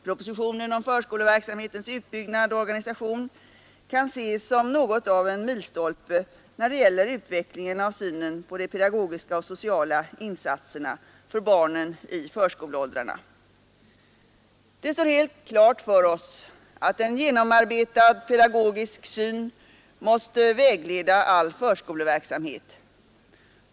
Propositionen om förskoleverksamhetens utbyggnad och organisation kan ses som något av en milstolpe när det gäller utvecklingen av synen på de pedagogiska och sociala insatserna för barnen i förskoleåldrarna. Det står helt klart för oss att en genomarbetad pedagogisk syn måste vägleda all förskoleverksamhet.